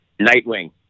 Nightwing